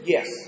Yes